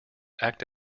act